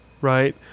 right